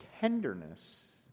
tenderness